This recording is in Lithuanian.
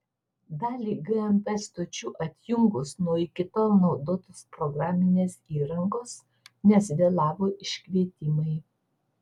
dalį gmp stočių atjungus nuo iki tol naudotos programinės įrangos nes vėlavo iškvietimai